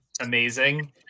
amazing